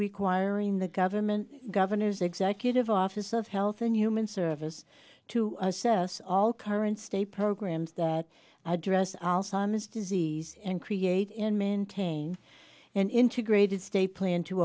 requiring the government governors executive office of health and human service to assess all current state programs that address alzheimer's disease and create in minting an integrated state plan to